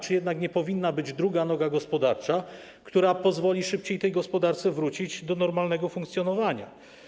Czy nie powinna być ta druga noga gospodarcza, która pozwoli szybciej gospodarce wrócić do normalnego funkcjonowania.